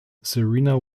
serena